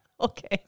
Okay